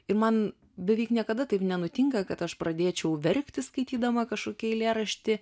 ir man beveik niekada taip nenutinka kad aš pradėčiau verkti skaitydama kažkokį eilėraštį